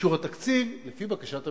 אישור התקציב, לפי בקשת הממשלה,